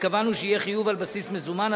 וקבענו שיהיה חיוב על בסיס מזומן,